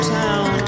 town